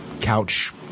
couch